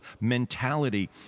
mentality